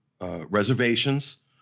reservations